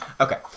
Okay